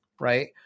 right